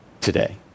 today